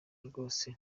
rwose